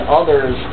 others